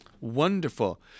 Wonderful